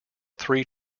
three